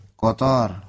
kotor